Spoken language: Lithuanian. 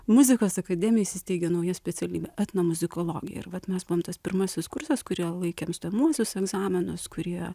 muzikos akademijoj įsisteigė nauja specialybė etnomuzikologija ir vat mes buvom tas pirmasis kursas kurie laikėm stojamuosius egzaminus kurie